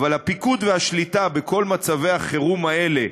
אבל הפיקוד והשליטה בכל מצבי החירום האלה,